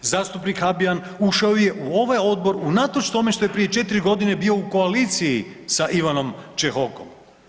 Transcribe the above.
Zastupnik Habijan ušao je u ovaj odbor unatoč tome što je prije 4.g. bio u koaliciji sa Ivanom Čehokom.